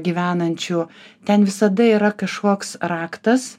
gyvenančių ten visada yra kažkoks raktas